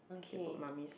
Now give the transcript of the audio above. they put mummy's